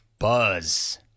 Buzz